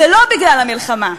זה לא בגלל המלחמה.